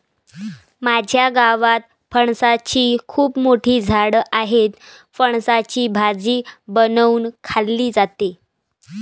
माझ्या गावात फणसाची खूप मोठी झाडं आहेत, फणसाची भाजी बनवून खाल्ली जाते